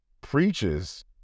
preaches